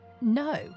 No